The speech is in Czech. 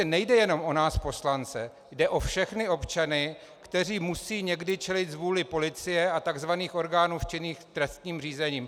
Nejde jenom o nás poslance, jde o všechny občany, kteří musí někdy čelit zvůli policie a takzvaných orgánů činných v trestním řízení.